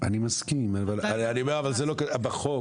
אני מסכים, אבל אני אומר, בחוק,